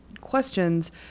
questions